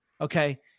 okay